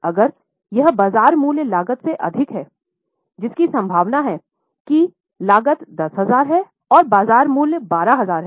अगर यह बाजार मूल्य लागत से अधिक है जिसका संभावना है कि लागत 10000 है और बाजार मूल्य 12000 है